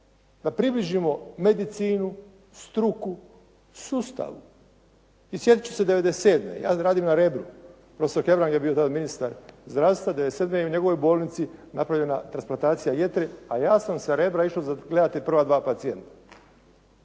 da približimo medicinu, struku, sustav. I sjetit ću se '97. Ja radim na Rebru. Prof. Hebrang je tada bio ministar zdravstva '97. i u njegovoj bolnici je napravljena transplantacija jetre, a ja sam sa Rebra išao gledati prva dva pacijenta